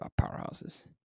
powerhouses